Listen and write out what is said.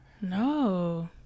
No